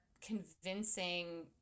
convincing